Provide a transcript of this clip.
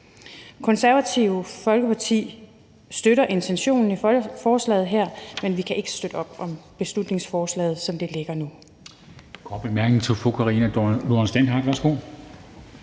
Konservative Folkeparti støtter intentionen i forslaget her, men vi kan ikke støtte op om beslutningsforslaget, som det ligger nu.